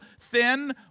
thin